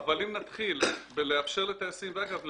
אבל אם נתחיל בלאפשר לטייסים - ואגב,